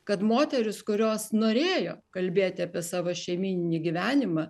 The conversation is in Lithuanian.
kad moterys kurios norėjo kalbėti apie savo šeimyninį gyvenimą